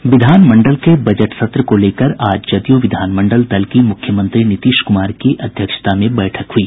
विधान मंडल के बजट सत्र को लेकर आज जदयू विधान मंडल दल की मुख्यमंत्री नीतीश कुमार की अध्यक्षता में बैठक हुई